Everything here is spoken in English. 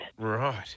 Right